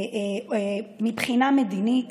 מבחינה מדינית,